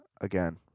Again